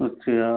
अच्छा